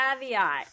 caveat